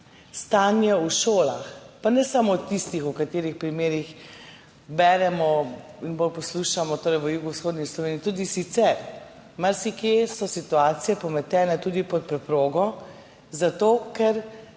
Stanje v šolah, pa ne samo tistih, o katerih primerih beremo in bolj poslušamo, torej v jugovzhodni Sloveniji, tudi sicer, marsikje so situacije pometene pod preprogo. Zato ker